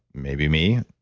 maybe me,